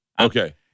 okay